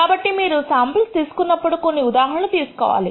కాబట్టి మీరు శాంపుల్స్ తీసుకున్నప్పుడు కొన్ని ఉదాహరణలు తీసుకోవాలి